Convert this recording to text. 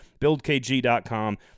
buildkg.com